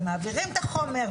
ומעבירים את החומר,